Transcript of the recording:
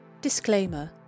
Disclaimer